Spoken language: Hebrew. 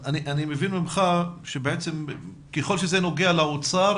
אני מבין ממך שבעצם ככל שזה נוגע לאוצר,